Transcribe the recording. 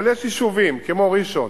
אבל יש יישובים כמו ראשון,